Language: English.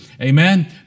Amen